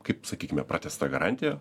kaip sakykim pratęsta garantija